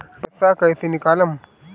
पैसा कैसे निकालम?